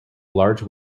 large